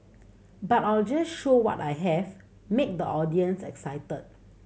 but I'll just show what I have make the audience excited